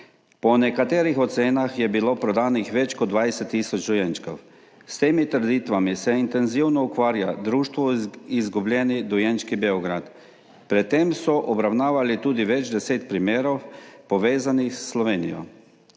Po nekaterih ocenah je bilo prodanih več kot 20 tisoč dojenčkov. S temi trditvami se intenzivno ukvarja društvo Izgubljeni dojenčki Beograda. Pred tem so obravnavali tudi več deset primerov, povezanih s Slovenijo.